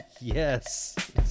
Yes